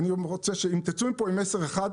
אם תרצו עם מסר אחד,